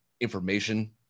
information